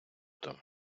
там